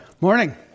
Morning